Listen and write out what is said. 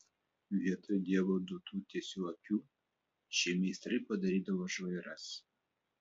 vietoj dievo duotų tiesių akių šie meistrai padarydavo žvairas